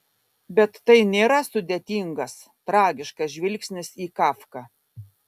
bet tai nėra sudėtingas tragiškas žvilgsnis į kafką